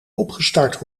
opgestart